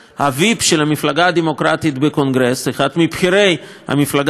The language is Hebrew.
אחד מבכירי המפלגה הדמוקרטית בקונגרס,